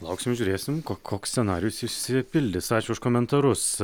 lauksim žiūrėsim koks koks scenarijus išsipildys ačiū už komentarus